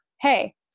Hey